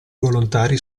volontari